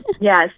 yes